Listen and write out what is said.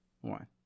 one